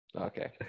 Okay